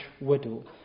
widow